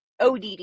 ODD